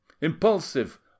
impulsive